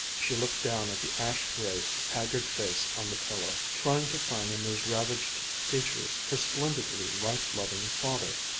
she looked down at the ash-gray, haggard face on the pillow, trying to find in those ravaged features her splendidly life-loving father.